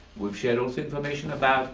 we've shared also information about